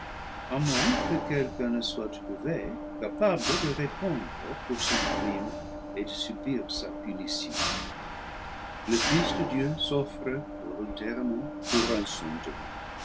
à moins que quelqu'un ne soit trouvé capable de répondre pour son crime et de subir sa punition le fils de dieu s'offre volontairement pour